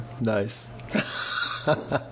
Nice